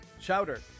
chowder